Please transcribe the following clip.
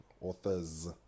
Authors